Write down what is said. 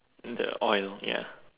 the oil ya